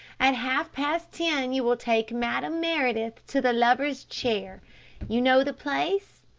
at half-past ten you will take madame meredith to the lovers' chair you know the place?